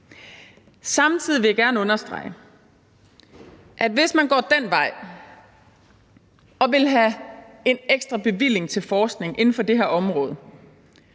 Samtidig vil jeg gerne understrege, at hvis man går den vej og vil have en ekstra bevilling til forskning inden for det her område,